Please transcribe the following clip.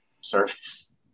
service